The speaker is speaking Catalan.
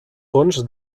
fonts